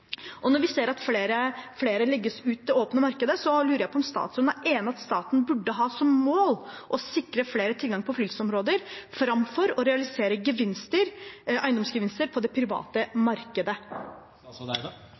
Når vi ser at flere legges ut på det åpne markedet, lurer jeg på om statsråden er enig i at staten burde ha som mål å sikre flere tilgang på fritidsområder framfor å realisere eiendomsgevinster på det private